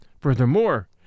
Furthermore